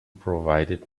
provided